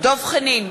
דב חנין,